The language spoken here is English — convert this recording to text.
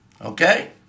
Okay